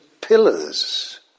pillars